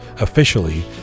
officially